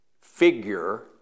figure